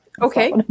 Okay